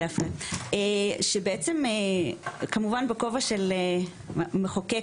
בכובע של מחוקק,